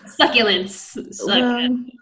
succulents